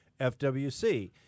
FWC